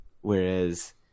Whereas